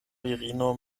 virino